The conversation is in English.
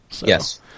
Yes